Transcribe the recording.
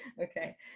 Okay